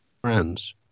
friends